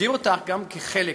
הגדירה אותו גם כחלק